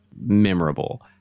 memorable